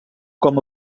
com